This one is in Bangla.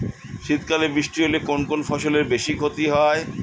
শীত কালে বৃষ্টি হলে কোন কোন ফসলের বেশি ক্ষতি হয়?